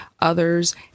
others